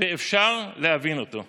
ואפשר להבין אותו.